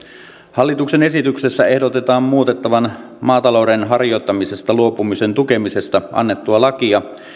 hallituksen esityksessä ehdotetaan muutettavan maatalouden harjoittamisesta luopumisen tukemisesta annettua lakia